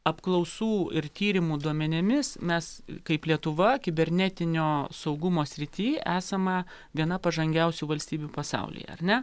apklausų ir tyrimų duomenimis mes kaip lietuva kibernetinio saugumo srity esame viena pažangiausių valstybių pasauly ar ne